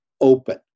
open